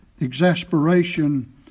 exasperation